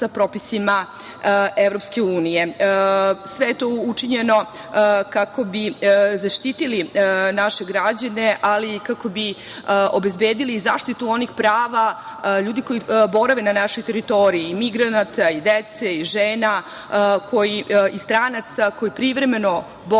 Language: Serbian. Sve je to učinjeno kako bi zaštitili naše građane, ali i kako bi obezbedili i zaštitu onih prava ljudi koji borave na našoj teritoriji, i migranata, i dece, i žena i stranaca koji privremeno borave u